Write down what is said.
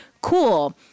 Cool